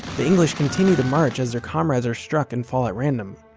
the english continue to march as their comrades are struck and fall at random.